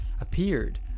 appeared